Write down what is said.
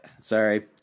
Sorry